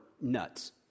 nuts